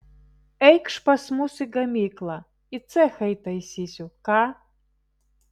eikš pas mus į gamyklą į cechą įtaisysiu ką